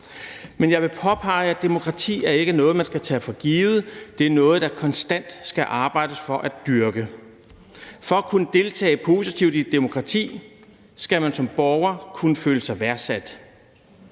Men jeg vil påpege, at demokrati ikke er noget, som man skal tage for givet, men at det er noget, der konstant skal arbejdes på og dyrkes. For at kunne deltage positivt i et demokrati skal man som borger kunne føle sig værdsat.